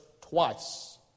twice